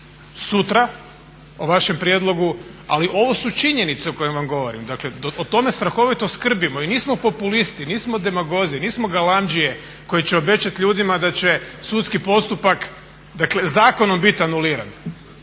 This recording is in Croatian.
sutra, o vašem prijedlogu, ali ovo su činjenice o kojima vam govorim. Dakle, o tome strahovito skrbimo i nismo populisti, nismo demagozi, nismo galamdžije koji će obećati ljudima da će sudski postupak dakle zakonom biti anuliran.